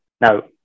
Now